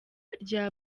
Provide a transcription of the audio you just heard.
rya